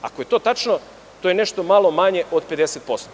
Ako je to tačno, to je nešto malo manje od 50%